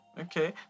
Okay